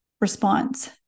response